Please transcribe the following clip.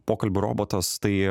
pokalbių robotas tai